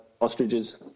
ostriches